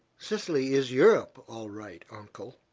sicily is europe, all right, uncle,